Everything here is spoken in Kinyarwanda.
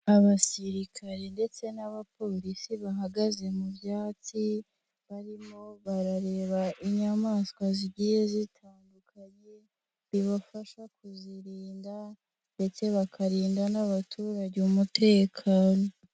Abasirikare ndetse n'abapolisi bahagaze mu byatsi, barimo barareba inyamaswa zigiye zitandukanye, bibafasha kuzirinda, ndetse bakarinda n'abaturage umutekano.